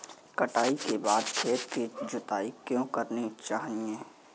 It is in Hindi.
कटाई के बाद खेत की जुताई क्यो करनी चाहिए?